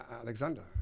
Alexander